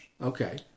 Okay